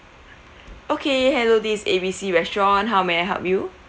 okay hello this is A B C restaurant how may I help you